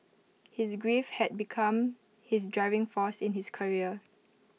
his grief had become his driving force in his career